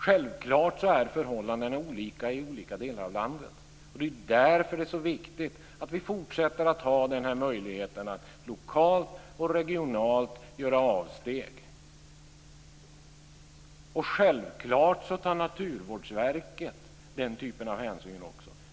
Självfallet är förhållandena olika i olika delar av landet, och det är därför det är så viktigt att vi fortsätter att ha den här möjligheten att lokalt och regionalt göra avsteg. Självfallet tar Naturvårdsverket den typen av hänsyn också.